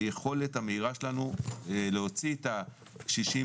והיכולת המהירה שלנו להוציא את הקשישים